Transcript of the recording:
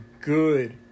good